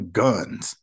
guns